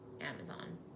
Amazon